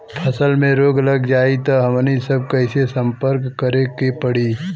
फसल में रोग लग जाई त हमनी सब कैसे संपर्क करें के पड़ी?